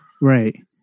Right